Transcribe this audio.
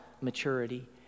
maturity